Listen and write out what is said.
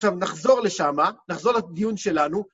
עכשיו נחזור לשמה, נחזור לדיון שלנו.